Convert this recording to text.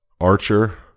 Archer